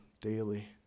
daily